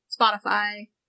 Spotify